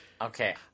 Okay